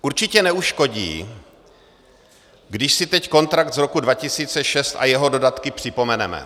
Určitě neuškodí, když si teď kontrakt z roku 2006 a jeho dodatky připomeneme.